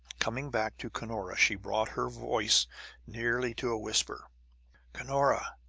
coming back to cunora, she brought her voice nearly to a whisper cunora,